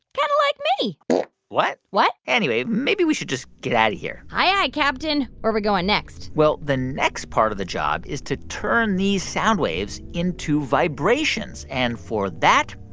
kind of like me what? what? anyway, maybe we should just get out of here aye-aye, captain. where we going next? well, the next part of the job is to turn these sound waves into vibrations. and for that,